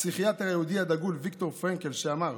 הפסיכיאטר היהודי הדגול ויקטור פרנקל, שאמר: